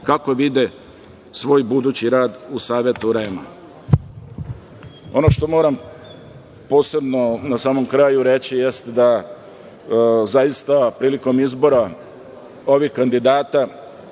kako vide svoj budući rad u Savetu REM.Ono što moram posebno, na samom kraju reći, jeste da zaista prilikom izbora ovih kandidata,